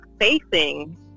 facing